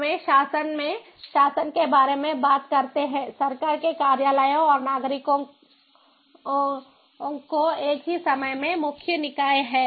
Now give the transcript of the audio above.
हमें शासन में शासन के बारे में बात करते हैं सरकार के कार्यालयों और नागरिकों को एक ही समय में मुख्य निकाय हैं